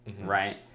right